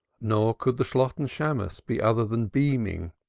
nor could the shalotten shammos be other than beaming,